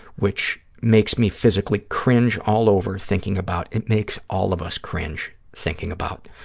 which makes me physically cringe all over thinking about. it makes all of us cringe thinking about.